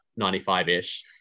95-ish